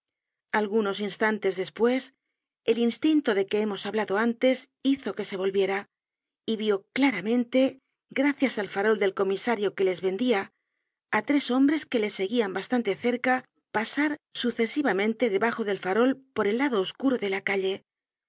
algunos instantes despues el instinto de que hemos hablado antes hizo que se volviera y vió claramente gracias al farol del comisario que les vendia á tres hombres que le seguían bastante cerca pasar sucesivamente debajo del farol por el lado oscuro de la calle